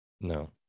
no